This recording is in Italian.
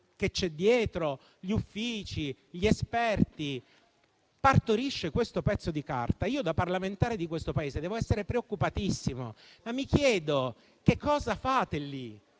che c'è dietro (gli uffici e gli esperti) partorisce questo pezzo di carta, io da parlamentare di questo Paese devo essere preoccupatissimo. Ma mi chiedo, che cosa fate lì?